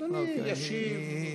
אדוני ישיב.